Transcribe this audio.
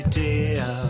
dear